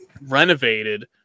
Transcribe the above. renovated